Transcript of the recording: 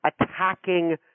attacking